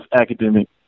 academic